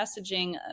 messaging